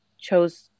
chose